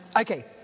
Okay